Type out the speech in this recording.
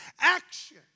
action